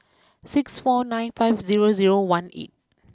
six four nine five zero zero one eight